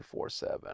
24/7